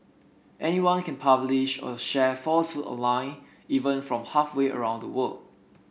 anyone can publish or share falsehood online even from halfway around the world